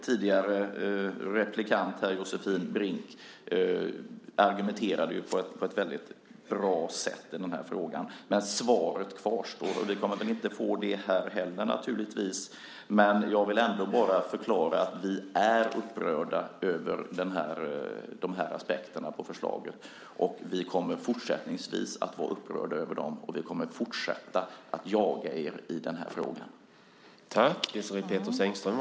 Tidigare replikant Josefin Brink argumenterade på ett bra sätt i frågan. Men svaret återstår. Vi kommer naturligtvis inte att få svar här heller. Men jag vill ändå förklara att vi är upprörda, och vi kommer fortsättningsvis att vara upprörda, över dessa aspekter på förslaget. Vi kommer att fortsätta att jaga er i frågan.